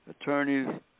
attorneys